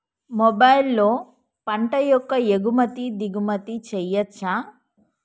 మొబైల్లో పంట యొక్క ఎగుమతి దిగుమతి చెయ్యచ్చా?